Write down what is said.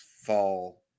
fall